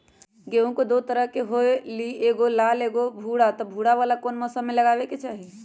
गेंहू दो तरह के होअ ली एगो लाल एगो भूरा त भूरा वाला कौन मौसम मे लगाबे के चाहि?